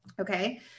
Okay